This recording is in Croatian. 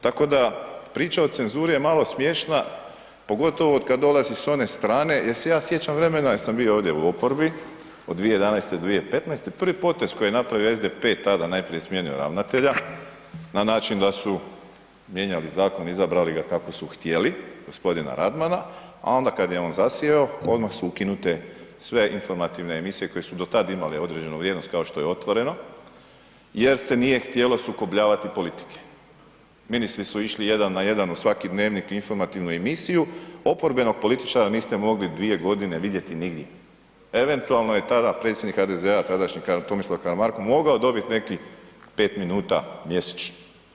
Tako da priča o cenzuri je malo smiješna pogotovo kad dolazi s one strane jer se ja sjećam vremena, jer sam bio ovdje u oporbi od 2011. do 2015., prvi potez koji je napravio SDP tada, najprije je smijenio ravnatelja na način da su mijenjali zakon, izabrali ga kako su htjeli g. Radmana, a onda kad je on zasjeo odmah su ukinute sve informativne emisije koje su do tad imale određenu vrijednost kao što je „Otvoreno“ jer se nije htjelo sukobljavati politike, ministri su išli jedan na jedan u svaki Dnevnik i informativnu emisiju, oporbenog političara niste mogli 2.g. vidjeti nigdje, eventualno je tada predsjednik HDZ-a tadašnji Tomislav Karamarko mogao dobit neki 5 minuta mjesečno.